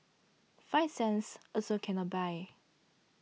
five cents also cannot buy